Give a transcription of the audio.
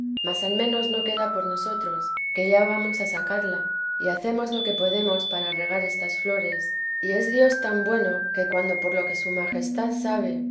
mas al menos no queda por nosotros que ya vamos a sacarla y hacemos lo que podemos para regar estas flores y es dios tan bueno que cuando por lo que su majestad sabe